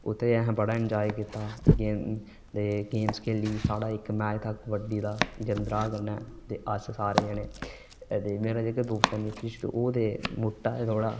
उत्थै असें बड़ा इंजाय कीता ते गेम खेढी कबड्डी खेढी ते साढा इक मैच हा जिंद्राह् कन्नै ते अस सारे जने ते इक मेरा जेह्ड़ा दोस्त हा ओह् मोटा जेहा